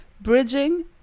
Bridging